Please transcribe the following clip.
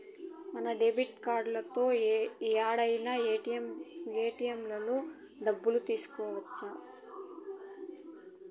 debit కార్డుతో యాడైనా ఏటిఎంలలో డబ్బులు తీసుకోవచ్చు